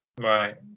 Right